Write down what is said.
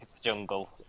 Jungle